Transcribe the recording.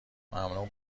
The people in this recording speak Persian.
ممنون